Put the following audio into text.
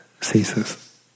ceases